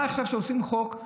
מה עכשיו, כשעושים חוק,